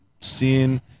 seen